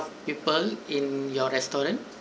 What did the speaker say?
people in your restaurant